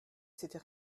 c’était